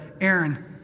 Aaron